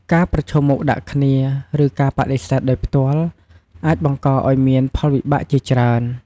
ការប្រឈមមុខដាក់គ្នា ឬការបដិសេធដោយផ្ទាល់ អាចបង្កឲ្យមានផលវិបាកជាច្រើន។